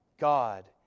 God